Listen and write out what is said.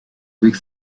avec